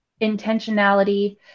intentionality